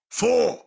four